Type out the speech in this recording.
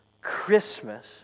Christmas